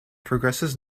progresses